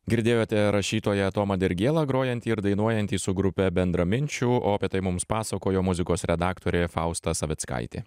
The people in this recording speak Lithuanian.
girdėjote rašytoją tomą dirgėlą grojantį ir dainuojantį su grupe bendraminčių o apie tai mums pasakojo muzikos redaktorė fausta savickaitė